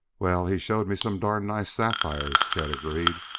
well, he showed me some darn nice sapphires, chet agreed.